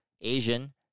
Asian